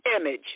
image